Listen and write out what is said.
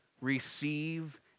receive